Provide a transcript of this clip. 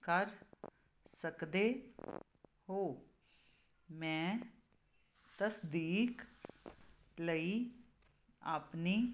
ਕਰ ਸਕਦੇ ਹੋ ਮੈਂ ਤਸਦੀਕ ਲਈ ਆਪਣੀ